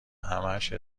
همهاش